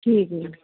ਠੀਕ ਹੈ ਜੀ